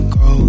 go